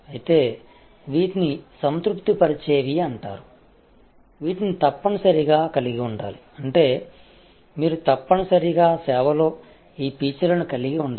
అయితే వీటిని సంతృప్తపరిచేవి అంటారు వీటిని తప్పనిసరిగా కలిగి ఉండాలి అంటే మీరు తప్పనిసరిగా సేవలో ఈ ఫీచర్లను కలిగి ఉండాలి